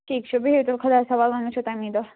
ٹھیٖک چھُ بِہِو تیٚلہِ خۄدایس حوال وۅنۍ وُچھو تٔمی دۄہ